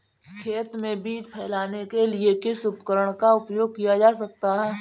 खेत में बीज फैलाने के लिए किस उपकरण का उपयोग किया जा सकता है?